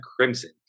crimson